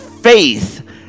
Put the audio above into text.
faith